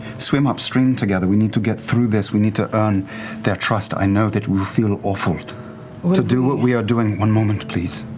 swim upstream together, we need to get through this, we need to earn their trust. i know that we'll feel awful to do what we are doing, one moment please.